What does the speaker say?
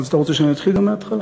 אז אתה רוצה שאני אתחיל גם מהתחלה?